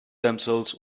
themselves